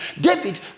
David